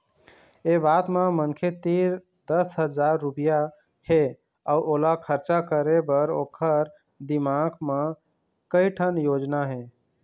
ए बात म मनखे तीर दस हजार रूपिया हे अउ ओला खरचा करे बर ओखर दिमाक म कइ ठन योजना हे